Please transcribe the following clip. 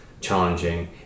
challenging